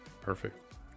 Perfect